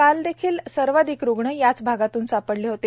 काल देखिल सर्वाधिक रुग्ण याच भागातून सापडले होते